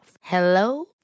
Hello